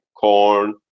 corn